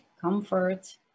comfort